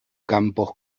campos